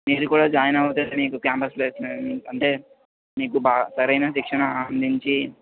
మీరు కూడా జాయిన్ అయితే మీకు క్యాంపస్ ప్లేస్మెంట్ అంటే మీకు బాగా సరైన శిక్షణ అందించి